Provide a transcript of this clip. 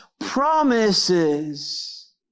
Promises